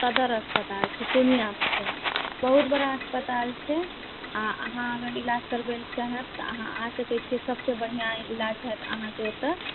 सदर अस्पताल छै पूर्णिया मे छै बहुत बड़ा अस्पताल छै आ अहाँ अगर इलाज करबै लए चाहब तऽ अहाँ आ सकै छियै सब सऽ बढ़िऑं इलाज भए जाएत अहाँके ओतऽ